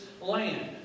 land